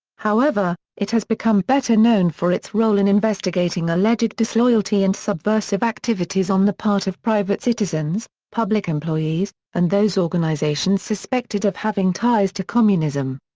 however, it has become better known for its role in investigating alleged disloyalty and subversive activities on the part of private citizens, public employees, and those organizations suspected of having ties to communism.